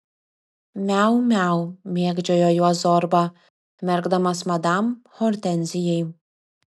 miau miau mėgdžiojo juos zorba merkdamas madam hortenzijai